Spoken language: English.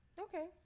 Okay